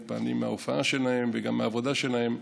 מתפעלים מההופעה שלהם וגם מהעבודה שלהם,